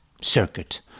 circuit